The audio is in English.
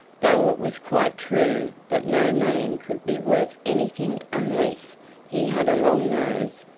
though it was quite true that no man could be worth anything unless he had a long nose,